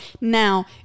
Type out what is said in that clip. Now